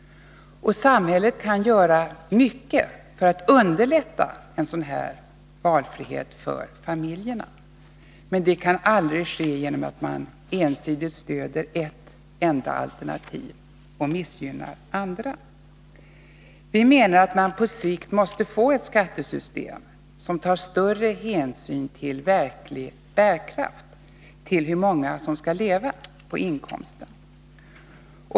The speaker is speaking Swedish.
Samhället kan göra mycket för att underlätta en sådan valfrihet för familjerna, men det kan aldrig ske genom att man ensidigt stöder ett enda alternativ och missgynnar andra. Vi menar att man på sikt måste få ett skattesystem som tar större hänsyn till en familjs verkliga ekonomiska bärkraft, till hur många som skall leva på inkomsten.